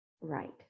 right